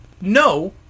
No